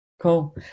Cool